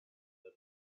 the